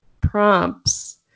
prompts